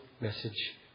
message